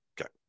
Okay